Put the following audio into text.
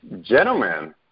Gentlemen